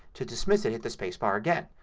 to dismiss it hit the spacebar again.